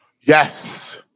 Yes